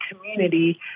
community